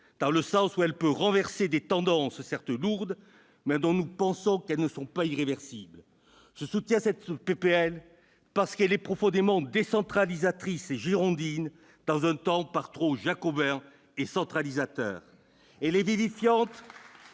au sens où elle peut renverser des tendances, certes lourdes, mais dont nous pensons qu'elles ne sont pas irréversibles. Je soutiens cette proposition de loi, parce qu'elle est profondément décentralisatrice et girondine, dans un temps par trop jacobin et centralisateur. C'est vrai ! Je